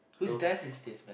who's desk is this man